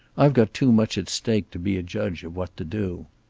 i've got too much at stake to be a judge of what to do.